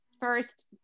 first